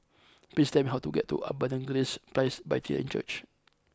please tell me how to get to Abundant Grace Presbyterian Church